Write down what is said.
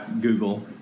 Google